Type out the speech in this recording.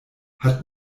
hat